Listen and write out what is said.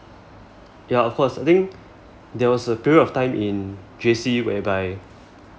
ya of course I think there was a period of time in J_C whereby